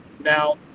Now